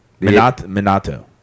Minato